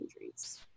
injuries